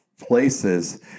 places